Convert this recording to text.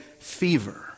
fever